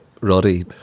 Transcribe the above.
Roddy